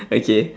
okay